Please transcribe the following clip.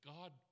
God